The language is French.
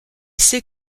sait